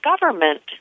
government